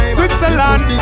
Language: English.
Switzerland